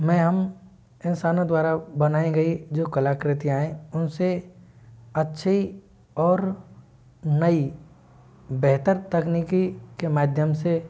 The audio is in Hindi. में हम इनसानो द्वारा बनाई गई जो कलाक्रितियाँ है उन से अच्छी और नई बेहतर तकनीक के माध्यम से